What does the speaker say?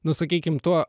nusakykim tuo